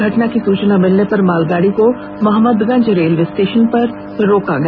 घटना की सूचना मिलने पर मालगाड़ी को मोहम्मदगंज रेलवे स्टेशन पर रोका गया